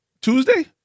Tuesday